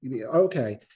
Okay